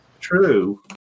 True